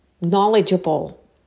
knowledgeable